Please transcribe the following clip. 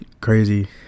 crazy